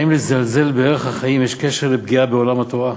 האם לזלזול בערך החיים יש קשר לפגיעה בעולם התורה?